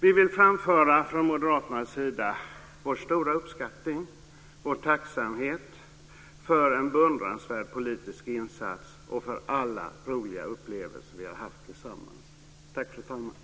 Vi vill från Moderaternas sida framföra vår stora uppskattning och vår tacksamhet för en beundransvärd politisk insats och för alla roliga upplevelser vi har haft tillsammans.